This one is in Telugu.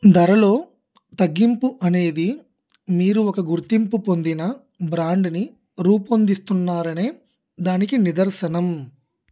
ధరలో తగ్గింపు అనేది మీరు ఒక గుర్తింపు పొందిన బ్రాండ్ని రూపొందిస్తున్నారనే దానికి నిదర్శనం